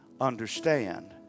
understand